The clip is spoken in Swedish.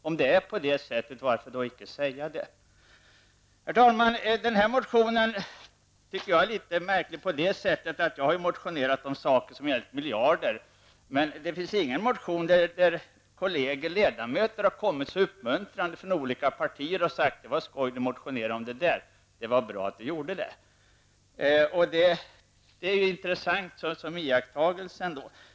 Om det är på det sättet, varför kan man inte säga det? Herr talman! Den här motionen är litet märklig på ett sätt. Jag har motionerat om saker som har gällt miljarder. Men det finns ingen motion som på samma sätt som denna har fått kolleger och ledamöter från olika partier att komma och uppmuntrande säga att det är skoj att jag har motionerat om detta och att det är bra att jag har gjort det. Det är en intressant iakttagelse.